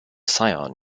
scion